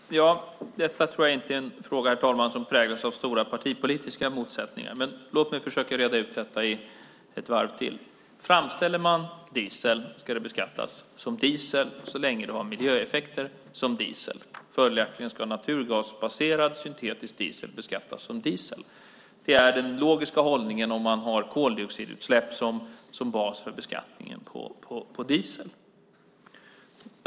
Herr talman! Jag tror inte att detta är en fråga som präglas av stora partipolitiska motsättningar, men låt mig försöka reda ut detta ett varv till. Framställer man diesel ska den beskattas som diesel så länge den har miljöeffekter som diesel. Följaktligen ska naturgasbaserad syntetisk diesel beskattas som diesel. Det är den logiska hållningen om man har koldioxidutsläpp som bas för beskattningen av diesel.